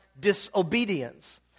disobedience